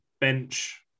bench